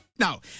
Now